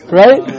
right